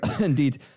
indeed